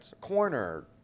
Corner